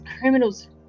criminals